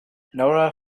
nora